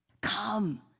come